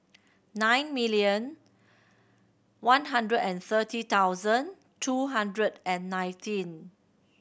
nine million one hundred and thirty thousand two hundred and nineteen